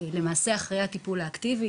שזה למעשה השלב שכבר אחרי הטיפול האקטיבי,